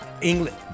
England